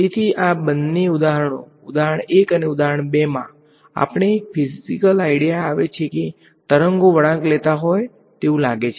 તેથી આ બંને ઉદાહરણો ઉદાહરણ 1 અને ઉદાહરણ 2 માં આપણને એક ફીઝીકલ આઈડીયા આવે છે કે તરંગો વળાંક લેતા હોય તેવું લાગે છે